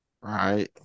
Right